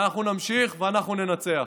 אנחנו נמשיך, ואנחנו ננצח.